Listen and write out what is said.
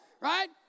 right